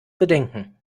bedenken